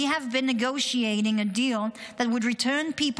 we have been negotiating a deal that would return people